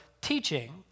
teaching